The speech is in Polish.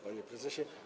Panie Prezesie!